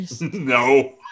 No